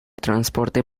transporte